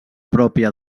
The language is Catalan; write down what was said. pròpia